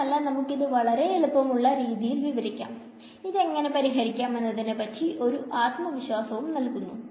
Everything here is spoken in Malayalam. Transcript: മാത്രമല്ല നമുക്കിത് വളരെ എളുപ്പമുള്ള രീതിയിൽ വിവരിക്കാം ഇത് എങ്ങനെ പരിഹരിക്കാം എന്നതിനെ പറ്റി ഒരു ഒരു ആത്മവിശ്വാസവും നൽകുന്നു